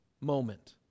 moment